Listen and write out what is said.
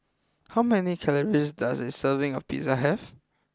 how many calories does a serving of Pizza have